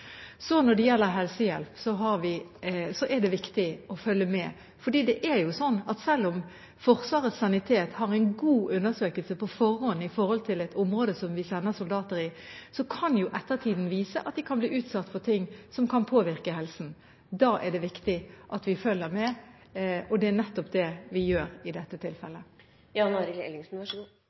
Når det gjelder helsehjelp, er det viktig å følge med. Selv om Forsvarets sanitet har en god undersøkelse på forhånd av et område de sender soldater til, kan ettertiden vise at de kan ha blitt utsatt for ting som kan påvirke helsen. Da er det viktig at vi følger med, og det er nettopp det vi gjør i dette